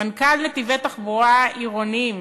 מנכ"ל "נתיבי תחבורה עירוניים",